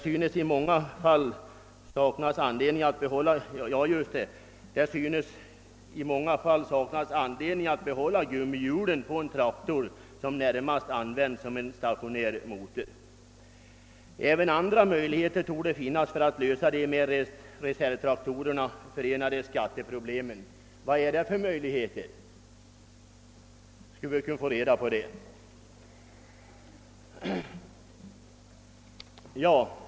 I utlåtandet heter det: »Det synes i många fall saknas anledning att behålla gummihjulen på en traktor som närmast används som en stationär motor. Även andra möjligheter torde finnas för att lösa de med reservtraktorerna förenade skatteproblemen.» Skulle vi kunna få veta vad det är för möjligheter?